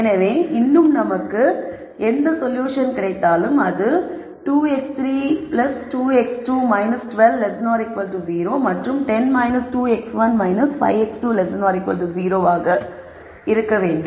எனவே இன்னும் நமக்கு எந்த சொல்யூஷன் கிடைத்தாலும் அது 2 x3 x 2 x2 12 0 மற்றும் 10 2 x 5 x2 0 ஆக இருக்க வேண்டும்